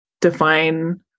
Define